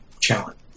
challenge